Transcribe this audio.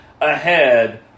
ahead